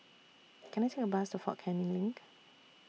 Can I Take A Bus to Fort Canning LINK